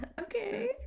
okay